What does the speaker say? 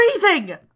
breathing